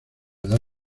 edad